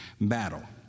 battle